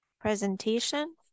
presentation